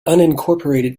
unincorporated